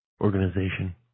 organization